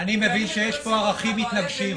אני מבין שיש פה ערכים מתנגשים.